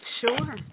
Sure